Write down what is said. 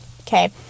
Okay